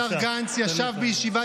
יש אחדות